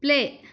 play